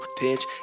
pitch